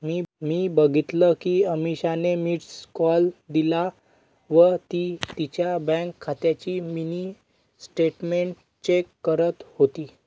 मी बघितल कि अमीषाने मिस्ड कॉल दिला व ती तिच्या बँक खात्याची मिनी स्टेटमेंट चेक करत होती